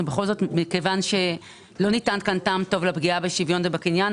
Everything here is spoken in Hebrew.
מכיוון שלא ניתן כאן טעם טוב לפגיעה בשוויון ובקניין,